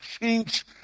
change